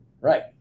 Right